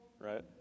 right